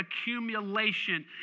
accumulation